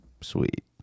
Sweet